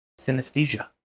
Synesthesia